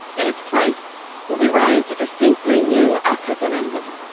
in its place will be raised a distinctly new african emblem,